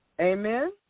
Amen